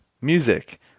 music